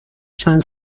چند